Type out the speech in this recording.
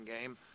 game